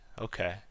Okay